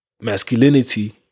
Masculinity